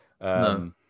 No